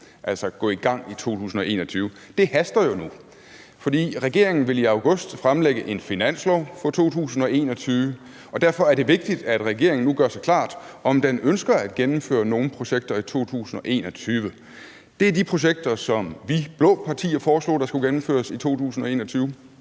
altså gå i gang i 2021. Det haster jo nu, for regeringen vil i august fremlægge en finanslov for 2021, og derfor er det vigtigt, at regeringen nu gør sig klart, om den ønsker at gennemføre nogen projekter i 2021. Det er de projekter, som vi blå partier foreslog skulle gennemføres i 2021.